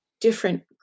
different